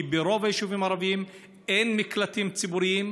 כי ברוב היישובים הערביים אין מקלטים ציבוריים,